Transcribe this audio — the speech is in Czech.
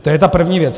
To je ta první věc.